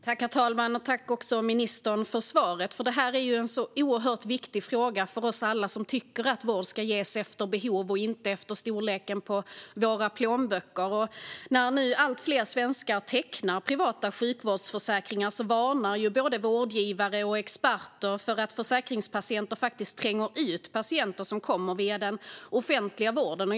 Herr talman! Tack, ministern, för svaret! Det här är en så oerhört viktig fråga för oss alla som tycker att vård ska ges efter behov och inte efter storleken på våra plånböcker. När nu allt fler svenskar tecknar privata sjukvårdsförsäkringar varnar både vårdgivare och experter för att försäkringspatienter faktiskt tränger ut patienter som kommer via den offentliga vården.